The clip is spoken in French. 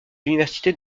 l’université